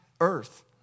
earth